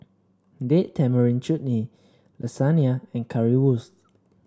Date Tamarind Chutney Lasagna and Currywurst